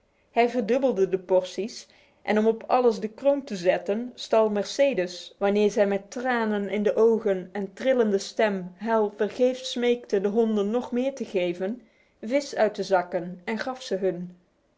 hij verdubbelde de porties en om op alles de kroon te zetten stal mercedes wanneer zij met tranen in de ogen en trillende stem hal vergeefs smeekte den honden nog meer te geven vis uit de zakken en gaf ze hun